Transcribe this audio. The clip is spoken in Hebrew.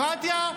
דמוקרטיה,